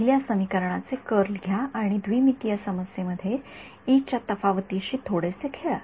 पहिल्या समीकरणाचे कर्ल घ्या आणि द्विमितीय समस्येमध्ये च्या तफावतीशी थोडेसे खेळा